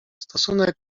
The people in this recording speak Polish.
stosunek